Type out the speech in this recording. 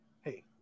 Hey